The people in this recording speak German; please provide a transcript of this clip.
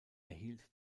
erhielt